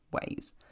ways